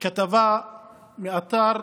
כתבה מאתר